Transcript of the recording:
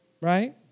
Right